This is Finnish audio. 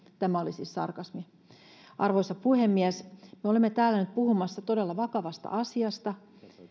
tämä oli siis sarkasmia arvoisa puhemies me olemme täällä nyt puhumassa todella vakavasta asiasta